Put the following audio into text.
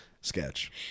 Sketch